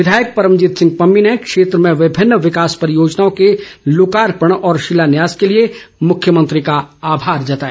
विधायक परमजीत सिंह पम्मी ने क्षेत्र में विभिन्न विंकास परियोजनाओं के लोकार्पण व शिलान्यास के लिए मुख्यमंत्री का आभार जताया